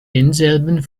denselben